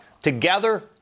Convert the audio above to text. Together